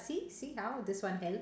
see see how this one help